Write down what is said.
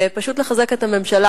ופשוט לחזק את הממשלה,